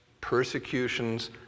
persecutions